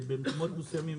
במקומות מסוימים,